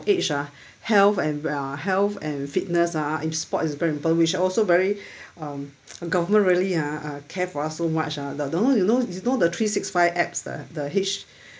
age ah health and well health and fitness ah and sport is very important which I also very um our government really ah uh care for us so much ah the one you know you know the three six five apps the the H